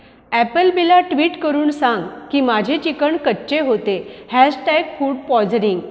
ऍपलबीला tweet करून सांग की माझे चिकण कच्चे होते हॅशटॅग फूड पॉयझनिंग